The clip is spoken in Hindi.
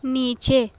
नीचे